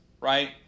right